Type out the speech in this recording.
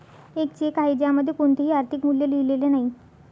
एक चेक आहे ज्यामध्ये कोणतेही आर्थिक मूल्य लिहिलेले नाही